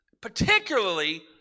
particularly